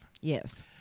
Yes